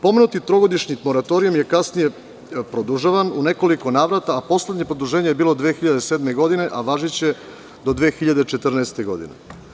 Pomenuti trogodišnji moratorijum je kasnije produžavan u nekoliko navrata a poslednje produženje je bilo 2007. godine, a važiće do 2014. godine.